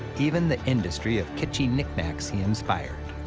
even the industry of kitchy knicknacks he inspired.